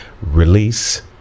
release